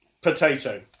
potato